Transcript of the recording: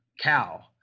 cow